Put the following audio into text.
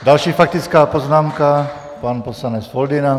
Další faktická poznámka, pan poslanec Foldyna.